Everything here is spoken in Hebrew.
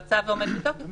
הצו עומד בתוקף,